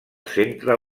centre